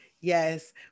Yes